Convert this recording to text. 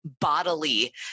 Bodily